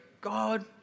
God